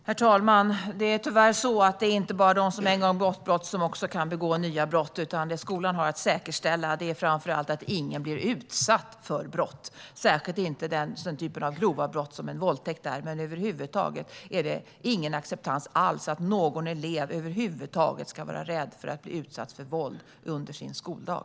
Herr talman! Det är tyvärr inte bara de som en gång har begått brott som kan begå nya brott. Det som skolan har att säkerställa är framför allt att ingen blir utsatt för brott, särskilt inte den typen av grova brott som en våldtäkt är. Men över huvud taget finns det ingen acceptans alls för att någon elev över huvud taget ska vara rädd för att bli utsatt för våld under sin skoldag.